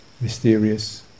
mysterious